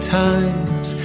times